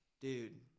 dude